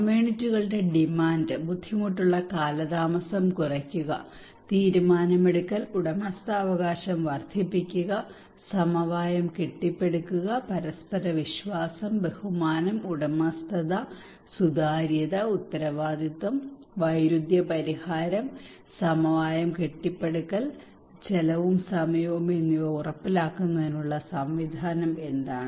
കമ്മ്യൂണിറ്റികളുടെ demand ബുദ്ധിമുട്ടുള്ള കാലതാമസം കുറയ്ക്കുക തീരുമാനമെടുക്കൽ ഉടമസ്ഥാവകാശം വർദ്ധിപ്പിക്കുക സമവായം കെട്ടിപ്പടുക്കുക പരസ്പര വിശ്വാസം ബഹുമാനം ഉടമസ്ഥത സുതാര്യത ഉത്തരവാദിത്തം വൈരുദ്ധ്യ പരിഹാരം സമവായം കെട്ടിപ്പടുക്കൽ ചെലവും സമയവും എന്നിവ ഉറപ്പാക്കുന്നതിനുള്ള സംവിധാനം എന്താണ്